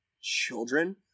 children